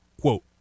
quote